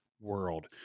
world